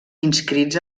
inscrits